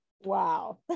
Wow